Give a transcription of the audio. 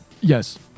Yes